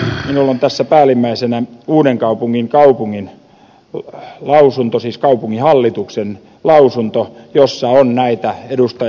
minulla on tässä päällimmäisenä uudenkaupungin kaupunginhallituksen lausunto jossa on näitä ed